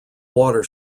water